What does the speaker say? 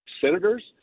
senators